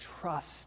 trust